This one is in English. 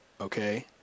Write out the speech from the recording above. okay